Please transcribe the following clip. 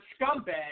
scumbag